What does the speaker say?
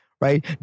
right